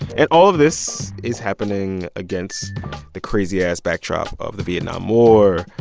and all of this is happening against the crazy-ass backdrop of the vietnam war,